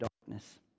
darkness